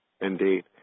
Indeed